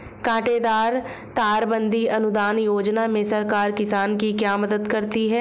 कांटेदार तार बंदी अनुदान योजना में सरकार किसान की क्या मदद करती है?